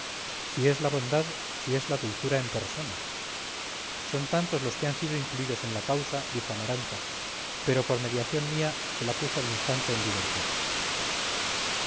si es la bondad si es la dulzura en persona son tantos los que han sido incluidos en la causa dijo amaranta pero por mediación mía se la puso al instante en libertad